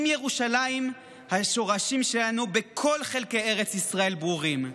עם ירושלים השורשים שלנו בכל חלקי ארץ ישראל ברורים.